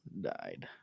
died